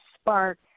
spark